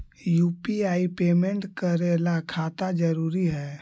UPI payment करे ला खाता जरूरी है?